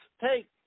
take